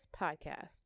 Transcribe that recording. Podcast